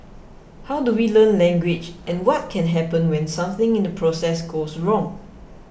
how do we learn language and what can happen when something in the process goes wrong